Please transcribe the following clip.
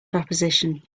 proposition